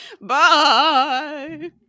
bye